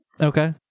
Okay